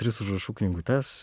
tris užrašų knygutes